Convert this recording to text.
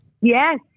Yes